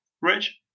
Rich